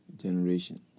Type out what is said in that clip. generation